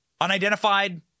unidentified